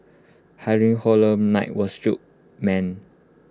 Halloween horror night was shook man